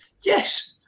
Yes